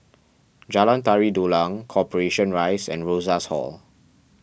Jalan Tari Dulang Corporation Rise and Rosas Hall